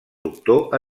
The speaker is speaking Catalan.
doctor